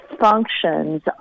functions